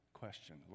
question